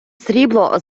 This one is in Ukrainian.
срібло